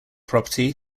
property